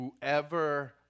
whoever